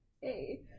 Hey